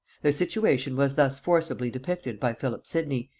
their situation was thus forcibly depicted by philip sidney,